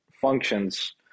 functions –